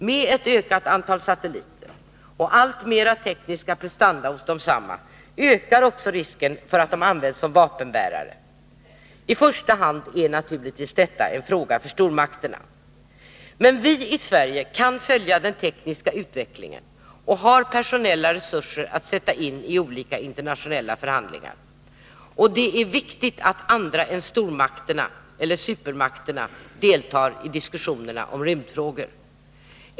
Med ett ökat antal satelliter och alltmera tekniska prestanda hos desamma ökar också risken för att satelliter används som vapenbärare. I första hand är naturligtvis detta en fråga för stormakterna. Vi i Sverige kan följa den tekniska utvecklingen och har personella resurser att sätta in i olika internationella förhandlingar. Det är viktigt att andra länder än supermakterna deltar i diskussionerna om rymdfrågor.